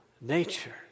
nature